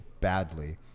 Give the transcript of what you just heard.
badly